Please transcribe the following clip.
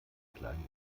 kleinen